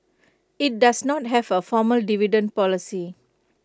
IT does not have A formal dividend policy